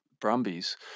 Brumbies